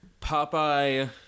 Popeye